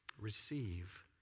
receive